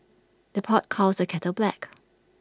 the pot calls the kettle black